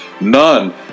None